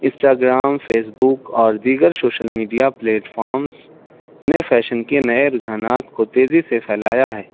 Insta gram Facebook اور دیگر social media platforms نے فیشن کے نئے رجحانات کو تیزی سے پھیلایا ہے